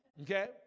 Okay